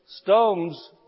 stones